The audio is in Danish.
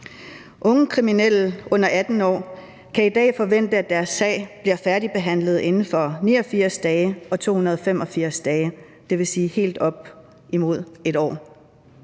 Unge kriminelle under 18 år kan i dag forvente, at deres sag bliver færdigbehandlet inden for 89 og 285 dage, dvs. helt op imod et år.